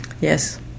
Yes